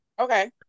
Okay